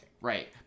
Right